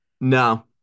No